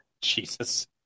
Jesus